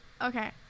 Okay